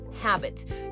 habit